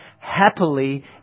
happily